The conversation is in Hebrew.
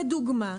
כדוגמה,